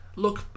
look